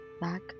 back